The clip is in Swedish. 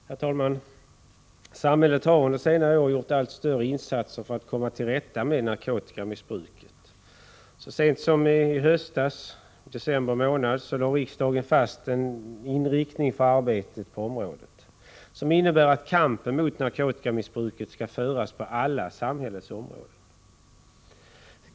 Herr talman! Samhället har under senare år gjort allt större insatser för att komma till rätta med narkotikamissbruket. Så sent som i höstas, i december månad, lade riksdagen fast en inriktning för arbetet på området, som innebär att kampen mot narkotikamissbruket skall föras på alla samhällets områden.